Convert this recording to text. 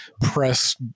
press